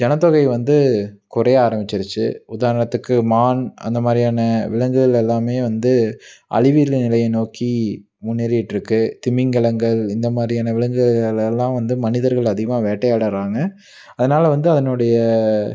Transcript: ஜனத்தொகை வந்து குறைய ஆரம்பிச்சிருச்சி உதாரணத்துக்கு மான் அந்த மாதிரியான விலங்குகள் எல்லாம் வந்து அழிவு நிலையை நோக்கி முன்னேறிட்டுருக்கு திமிங்கலங்கள் இந்த மாதிரியான விலங்குகள்யெல்லாம் வந்து மனிதர்கள் அதிகமாக வேட்டையாடுறாங்க அதனால் வந்து அதனுடைய